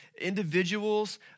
individuals